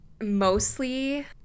mostly